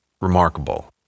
remarkable